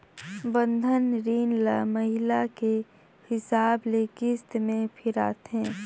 बंधन रीन ल महिना के हिसाब ले किस्त में फिराथें